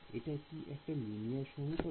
এটা কি একটি লিনিয়ার সমীকরণ